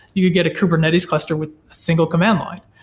you could get a kubernetes cluster with a single command line.